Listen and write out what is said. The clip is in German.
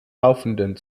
laufenden